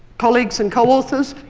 colleagues and coauthors.